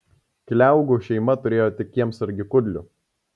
kliaugų šeima turėjo tik kiemsargį kudlių